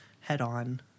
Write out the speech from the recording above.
head-on